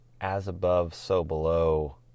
as-above-so-below